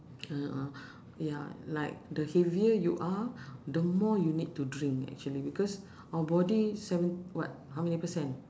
ya like the heavier you are the more you need to drink actually because our body seven what how many percent